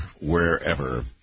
wherever